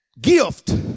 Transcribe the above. gift